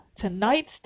tonight's